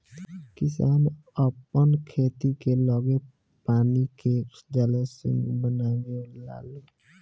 किसान आपन खेत के लगे पानी के जलाशय बनवे लालो